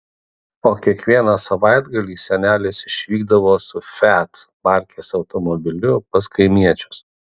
o kiekvieną savaitgalį senelis išvykdavo su fiat markės automobiliu pas kaimiečius